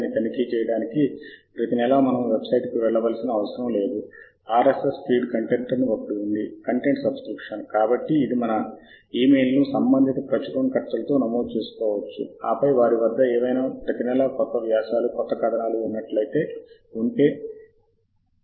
Texmaker అనే ఎడిటర్లో అదే ఫైల్ ఇలా ఉంటుంది ఇక్కడ ఇది చక్కగా ఆకృతీకరించబడింది మరియు మీరు దీన్ని బాగా చదవగలుగుతారు ఎందుకంటే TeXmaker అని పిలువబడే ఈ ఎడిటర్ ఇంటర్నెట్ నుండి ఉచితంగా లభిస్తుంది లాటెక్స్ యొక్క ఆకృతిని ఎలా అర్థం చేసుకోవాలో నేను తరువాత మీకు వివరిస్తాను మీరు ఈ బిబ్ ఫైల్ను మీ లాటెక్స్ పత్రాలలో సూచనలు చేయటానికి నేరుగా ఉపయోగించవచ్చు